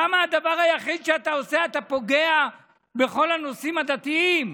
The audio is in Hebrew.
למה הדבר היחיד שאתה עושה זה לפגוע בכל הנושאים הדתיים?